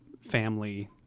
family